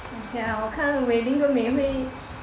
sian ah 我看那个 Wei Ling 跟 Mei Hui